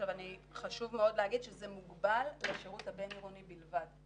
חשוב מאוד להגיד שזה מוגבל לשירות הבין-עירוני בלבד.